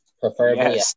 preferably